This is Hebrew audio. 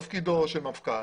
תפקידו של מפכ"ל,